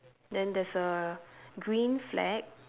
then there's a green flag